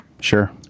Sure